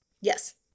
Yes